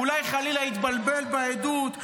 אולי חלילה יתבלבל בעדות?